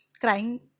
crying